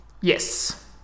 Yes